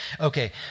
okay